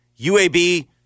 UAB